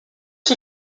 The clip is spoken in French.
que